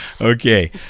Okay